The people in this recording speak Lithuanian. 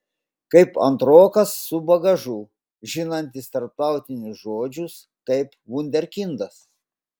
kaip antrokas su bagažu žinantis tarptautinius žodžius kaip vunderkindas